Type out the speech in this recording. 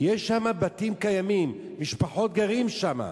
יש שם בתים קיימים, משפחות גרות שם.